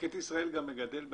לקט ישראל גם מגדל בעצמו?